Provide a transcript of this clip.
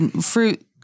Fruit